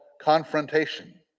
confrontation